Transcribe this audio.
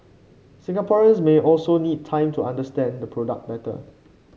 Singaporeans may also need time to understand the product better